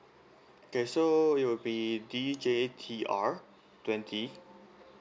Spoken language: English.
okay so it will be the D J T R twenty